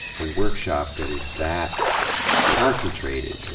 ah workshop that is that concentrated, yeah